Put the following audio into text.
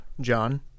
John